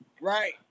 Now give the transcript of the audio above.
Right